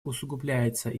усугубляется